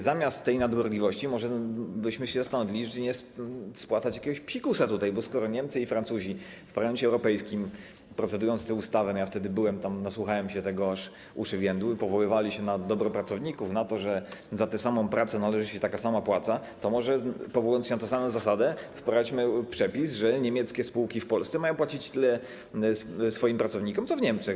Zamiast tej nadgorliwości może byśmy się zastanowili, czy nie spłatać jakiegoś psikusa tutaj, bo skoro Niemcy i Francuzi w Parlamencie Europejskim, procedując nad tą ustawą - ja wtedy byłem tam, nasłuchałem się tego, aż uszły więdły - powoływali się na dobro pracowników, na to, że za tę samą pracę należy się taka sama płaca, to może, powołując się na tę samą zasadę, wprowadźmy przepis, że niemieckie spółki w Polsce mają płacić swoim pracownikom tyle co w Niemczech.